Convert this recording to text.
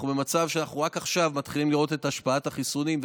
אנחנו במצב שאנחנו רק עכשיו מתחילים לראות את השפעת החיסונים,